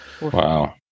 wow